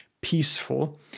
peaceful